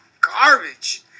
garbage